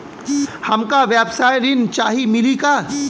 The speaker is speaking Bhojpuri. हमका व्यवसाय ऋण चाही मिली का?